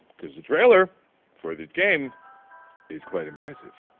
cause the trailer for this game is quite impressive.